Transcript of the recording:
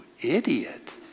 idiot